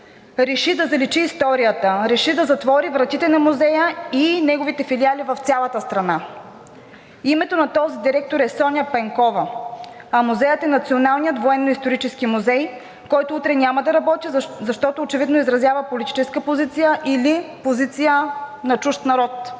реши да заличи историята, реши да затвори вратите на музея и неговите филиали в цялата страна. Името на този директор е Соня Пенкова, музеят е Националният военно-исторически музей, който утре няма да работи, защото очевидно изразява политическа позиция или позиция на чужд народ,